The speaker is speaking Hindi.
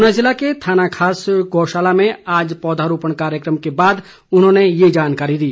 ऊना जिला के थाना खास गौशाला में आज पौधारोपण कार्यक्रम के बाद उन्होंने ये जानकारी दी